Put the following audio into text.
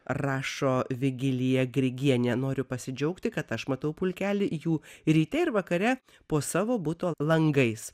rašo vigilija grigienė noriu pasidžiaugti kad aš matau pulkelį jų ryte ir vakare po savo buto langais